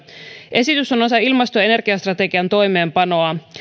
esitys on osa ilmasto ja energiastrategian toimeenpanoa